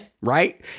Right